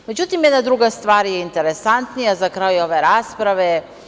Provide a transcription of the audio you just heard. Međutim, jedna druga stvar je interesantnija za kraj ove rasprave.